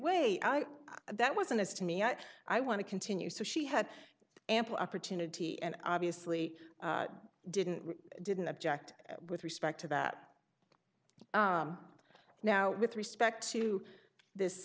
way that wasn't as to me yet i want to continue so she had ample opportunity and i obviously didn't didn't object with respect to that now with respect to this